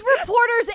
reporters